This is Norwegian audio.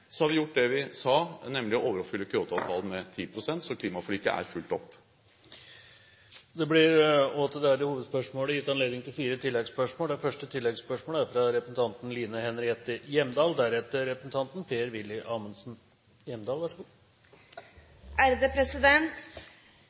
har vi gjort det vi sa, nemlig å overoppfylle Kyoto-avtalen med 10 pst. Så klimaforliket er fulgt opp. Det blir gitt anledning til